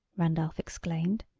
randolph exclaimed.